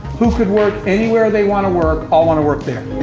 who could work anywhere they want to work, all want to work there.